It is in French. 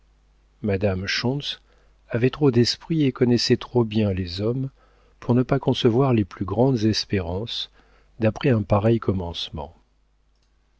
madame schontz avait trop d'esprit et connaissait trop bien les hommes pour ne pas concevoir les plus grandes espérances d'après un pareil commencement